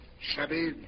Shabby